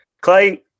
Clay